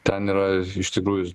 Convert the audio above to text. ten yra iš tikrųjų